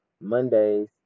Mondays